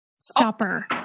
Stopper